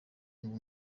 muri